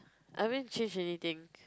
I won't change anything